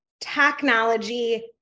technology